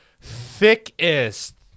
thickest